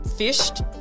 Fished